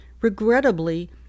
regrettably